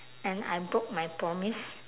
and I broke my promise